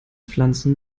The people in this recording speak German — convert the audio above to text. pflanzen